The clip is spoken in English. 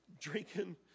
drinking